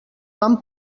van